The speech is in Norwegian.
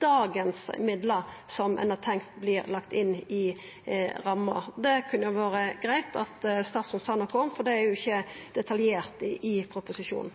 har tenkt vert lagde inn i ramma? Det kunne det vore greitt om statsråden sa noko om, for det er jo ikkje detaljert i proposisjonen.